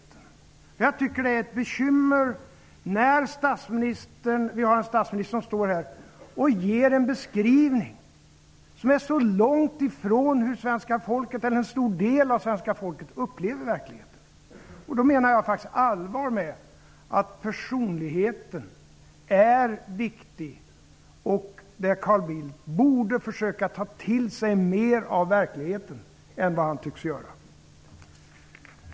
Jag tycker att det är ett bekymmer att vi har en statsminister som står här och ger en beskrivning som är så långt ifrån hur en stor del av svenska folket upplever verkligheten. Jag menar faktiskt allvar med att försonligheten är viktig. Carl Bildt borde försöka ta till sig mera av verkligheten än vad han tycks göra.